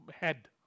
head